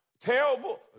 Terrible